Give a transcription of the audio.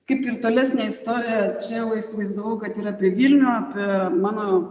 kaip ir tolesnę istoriją čia va įsivaizdavau kad ir apie vilnių apie mano